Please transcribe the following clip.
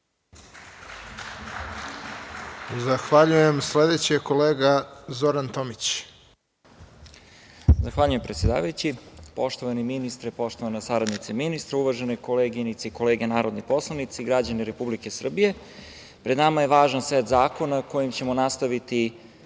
Zahvaljujem. Sledeći je kolega Zoran Tomić. **Zoran Tomić** Zahvaljujem, predsedavajući. Poštovani ministre, poštovana saradnice ministra, uvažene koleginice i kolege narodni poslanici, građani Republike Srbije, pred nama je važan set zakona kojim ćemo nastaviti